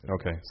Okay